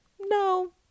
no